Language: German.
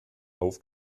auf